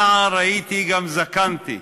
נער הייתי גם זקנתי,